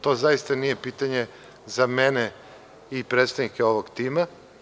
To zaista nije pitanje za mene i predstavnike ovog tima.